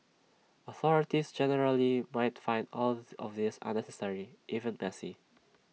authorities generally might find all of this unnecessary even messy